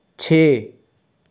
ਛੇ